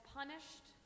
punished